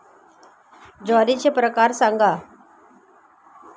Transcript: ज्वारीचे प्रकार सांगा